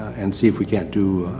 and see if we can't do